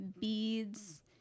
beads